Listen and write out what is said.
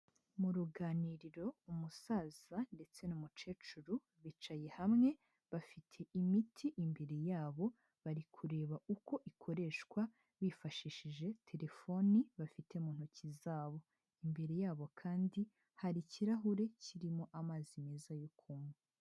Mu ruganiriro umusaza ndetse n'umukecuru bicaye hamwe, bafite imiti imbere yabo bari kureba uko ikoreshwa bifashishije telefone bafite mu ntoki zabo, imbere yabo kandi hari ikirahure kirimo amazi meza yo kunywa.